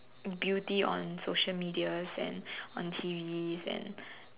beauty on social media and on T_Vs and